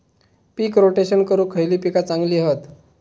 पीक rotation करूक खयली पीका चांगली हत?